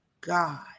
God